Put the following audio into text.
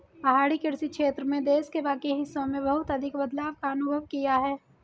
पहाड़ी कृषि क्षेत्र में देश के बाकी हिस्सों से बहुत अधिक बदलाव का अनुभव किया है